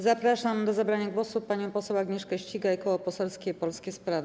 Zapraszam do zabrania głosu panią poseł Agnieszkę Ścigaj, Koło Poselskie Polskie Sprawy.